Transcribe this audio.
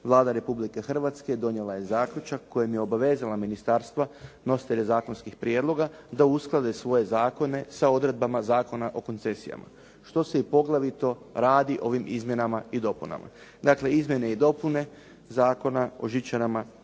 Vlada Republike Hrvatske donijela je zaključak kojim je obavezala ministarstva nositelja zakonskih prijedloga da usklade svoje zakone sa odredbama Zakona o koncesijama što se poglavito i radi ovim izmjenama i dopunama. Dakle, izmjene i dopune Zakona o žičarama